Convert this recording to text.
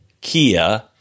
Kia